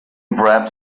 wrapped